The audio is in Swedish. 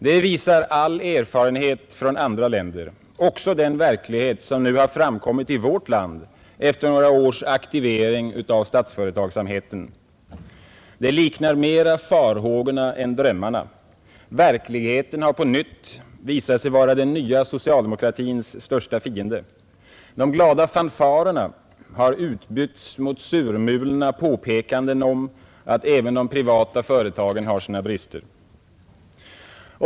Det visar all erfarenhet från andra länder. Också den verklighet som nu i vårt land framkommit efter några års aktivering av statsföretagsamheten liknar mera farhågorna än drömmarna. Verkligheten har än en gång visat sig vara den nya socialdemokratins största fiende. De glada fanfarerna har utbytts mot surmulna påpekanden om att även de privata företagen har sina brister.